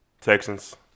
Texans